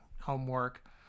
homework